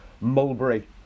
Mulberry